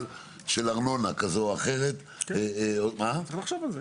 של ארנונה כזאת או אחרת -- צריך לחשוב על זה.